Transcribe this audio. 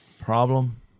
problem